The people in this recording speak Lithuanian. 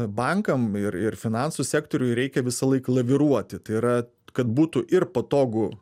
bankam ir ir finansų sektoriui reikia visąlaik laviruoti tai yra kad būtų ir patogu